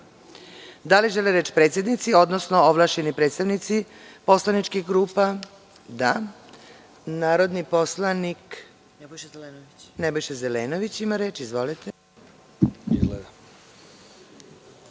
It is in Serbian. li žele reč predsednici, odnosno ovlašćeni predstavnici poslaničkih grupa? (Da.)Narodni poslanik Nebojša Zelenović ima reč. Izvolite.